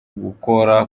gukora